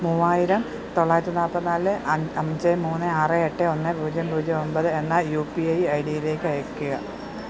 മൂവായിരം തൊള്ളായിരത്തി നാൽപ്പത്തി നാല് അഞ്ച് മൂന്ന് ആറ് എട്ട് ഒന്ന് പൂജ്യം പൂജ്യം ഒൻപത് എന്ന യു പി ഐ ഐ ഡിയിലേക്ക് അയയ്ക്കുക